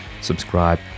subscribe